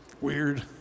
weird